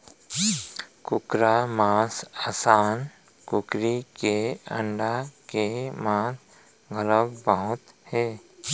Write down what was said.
कुकरा मांस असन कुकरी के अंडा के मांग घलौ बहुत हे